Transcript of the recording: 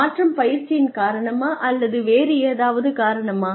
மாற்றம் பயிற்சியின் காரணமா அல்லது வேறு ஏதாவது காரணமா